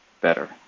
better